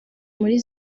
muri